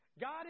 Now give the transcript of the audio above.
God